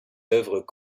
œuvres